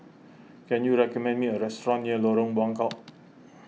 can you recommend me a restaurant near Lorong Buangkok